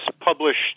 published